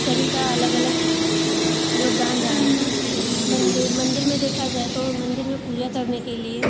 सभी का अलग अलग योगदान रहा है मंदिर मंदिर में देखा जाए तो मंदिर में पूजा करने के लिए